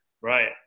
Right